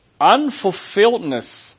unfulfilledness